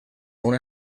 una